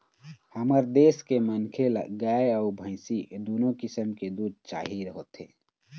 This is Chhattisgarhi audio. हमर देश के मनखे ल गाय अउ भइसी दुनो किसम के दूद चाही होथे